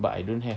but I don't have